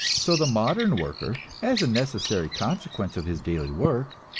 so the modern worker, as a necessary consequence of his daily work,